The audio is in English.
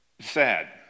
Sad